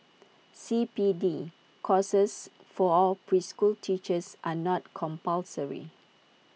C P D courses for preschool teachers are not compulsory